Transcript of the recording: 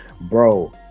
bro